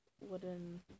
wooden